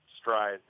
stride